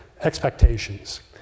Expectations